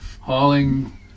hauling